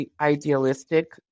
idealistic